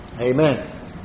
Amen